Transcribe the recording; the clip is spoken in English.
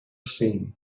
seen